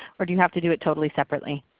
or do you have to do it totally separately?